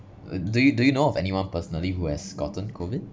uh do you do you know of anyone personally who has gotten COVID